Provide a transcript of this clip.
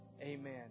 Amen